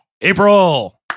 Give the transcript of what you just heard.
April